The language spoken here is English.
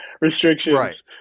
restrictions